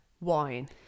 Wine